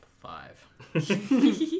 Five